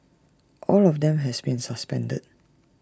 all of them has been suspended